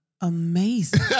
amazing